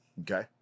okay